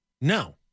No